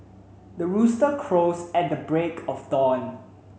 the rooster crows at the break of dawn